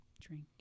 drink